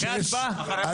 אחרי הצבעה?